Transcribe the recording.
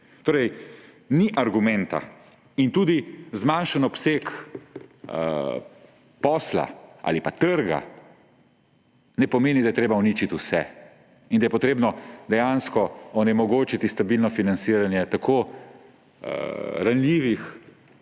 Torej ni argumenta in tudi zmanjšan obseg posla ali pa trga ne pomeni, da je treba uničiti vse in da je treba dejansko onemogočiti stabilno financiranje tako ranljivih